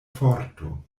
forto